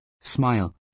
smile